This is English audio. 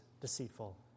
deceitful